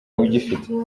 ugifite